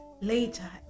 later